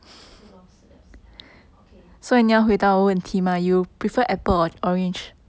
对 lor 死 liao 死 liao okay